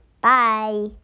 Bye